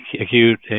Acute